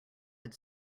had